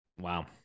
Wow